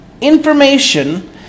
information